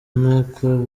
n’uko